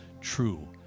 true